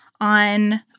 on